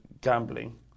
gambling